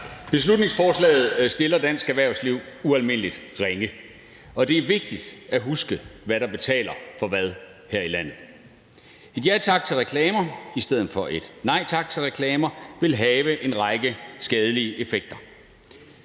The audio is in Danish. Beslutningsforslaget stiller dansk erhvervsliv ualmindelig ringe, og det er vigtigt at huske, hvad der betaler for hvad her i landet. Reklamer Ja Tak-ordningeni stedet for Reklamer Nej Tak-ordningen vil have en række skadelige effekter.